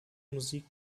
musik